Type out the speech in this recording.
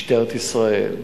משטרת ישראל,